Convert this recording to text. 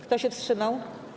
Kto się wstrzymał?